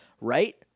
Right